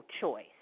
choice